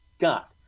got